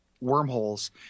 wormholes